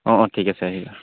অঁ অঁ ঠিক আছে আহিবা